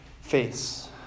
face